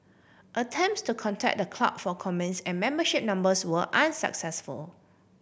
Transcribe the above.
attempts to contact the club for comments and membership numbers were unsuccessful